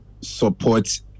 support